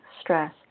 stress